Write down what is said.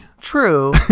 True